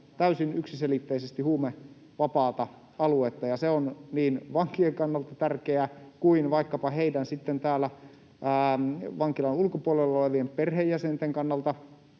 täysin yksiselitteisesti huumevapaata aluetta, ja se on niin vankien kannalta tärkeää kuin vaikkapa sitten heidän täällä vankilan ulkopuolella olevien perheenjäsentensä kannalta